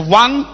one